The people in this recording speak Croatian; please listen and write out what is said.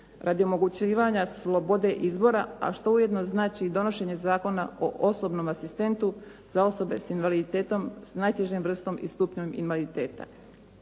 radi omogućavanja slobode izbore, a što ujedno znači i donošenje Zakona o osobnom asistentu za osobe s invaliditetom s najtežom vrstom i stupnjem invaliditeta.